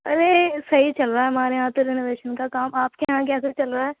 ارے صحیح چل رہا ہے ہمارے یہاں تو رینوویشن کا کام آپ کے یہاں کیسا چل رہا ہے